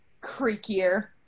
creakier